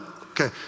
Okay